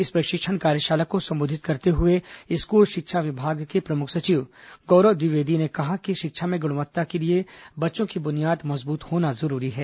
इस प्रशिक्षण कार्यशाला को संबोधित करते हुए स्कूल शिक्षा विभाग के प्रमुख सचिव गौरव द्विवेदी ने कहा कि शिक्षा में गुणवत्ता के लिए बच्चों की बुनियाद मजबूत होना जरूरी है